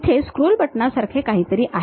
इथे स्क्रोल बटणासारखे काहीतरी आहे